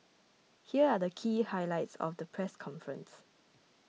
here are the key highlights of the press conference